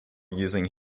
using